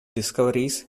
discoveries